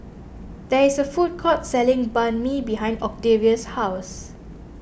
there is a food court selling Banh Mi behind Octavius' house